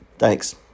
Thanks